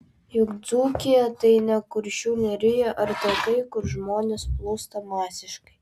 juk dzūkija tai ne kuršių nerija ar trakai kur žmonės plūsta masiškai